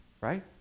right